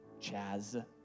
Chaz